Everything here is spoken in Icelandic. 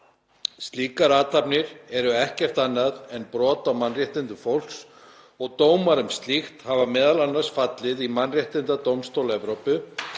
Slíkar athafnir eru ekkert annað en brot á mannréttindum fólks og dómar um slíkt hafa m.a. fallið í Mannréttindadómstól Evrópu,